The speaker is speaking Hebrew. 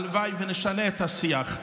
הלוואי שנשנה את השיח,